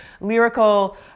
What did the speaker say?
lyrical